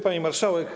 Pani Marszałek!